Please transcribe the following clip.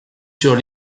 sur